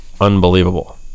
unbelievable